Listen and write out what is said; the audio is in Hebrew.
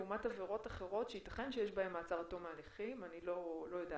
לעומת עבירות אחרות שייתכן שיש בהן מעצר עד תום ההליכים אני לא יודעת,